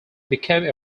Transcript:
became